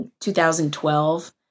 2012